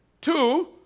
Two